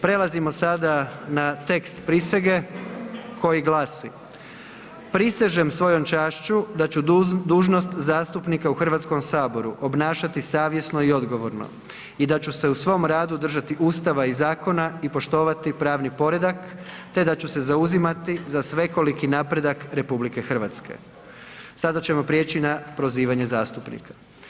Prelazimo sada na tekst prisege koji glasi: „Prisežem svojom čašću da ću dužnost zastupnika u Hrvatskom saboru obnašati savjesno i odgovorno i da ću se u svom radu držati Ustava i zakona i poštovati pravni predak te da ću se zauzimati za svekoliki napredak RH.“ Sada ćemo prijeći na prozivanje zastupnika.